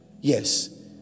Yes